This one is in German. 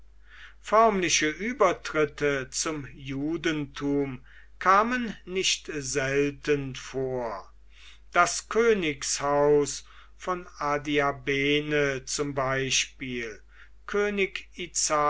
förmliche übertritte zum judentum kamen nicht selten vor das königshaus von adiabene zum beispiel könig